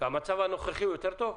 שהמצב הנוכחי יותר טוב?